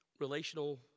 relational